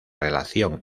relación